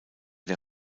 der